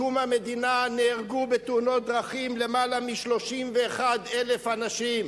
מקום המדינה נהרגו בתאונות דרכים יותר מ-31,000 אנשים,